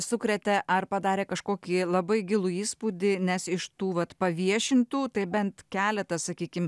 sukrėtė ar padarė kažkokį labai gilų įspūdį nes iš tų vat paviešintų tai bent keletas sakykime